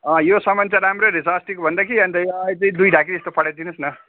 अँ यो सामान चाहिँ राम्रै रहेछ अस्तिकोभन्दा कि अन्त यो अझै दुई ढाकी जस्तो पठाइदिनुहोस् न